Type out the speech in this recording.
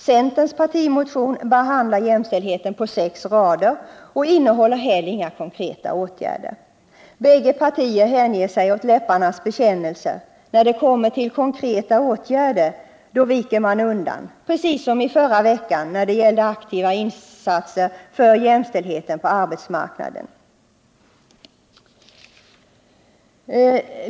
Centerns partimotion behandlar jämställdheten på sex rader och innehåller heller inga konkreta åtgärder. Bägge partier hänger sig åt läpparnas bekännelser — när det kommer till konkreta åtgärder viker man undan, precis som i förra veckan när det gällde aktiva insatser för jämställdheten på arbetsmarknaden.